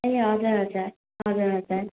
ए हजुर हजुर हजुर हजुर